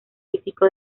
físico